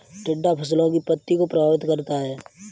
टिड्डा फसलों की पत्ती को प्रभावित करता है